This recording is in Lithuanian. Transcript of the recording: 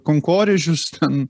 konkorėžius ten